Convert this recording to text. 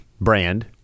brand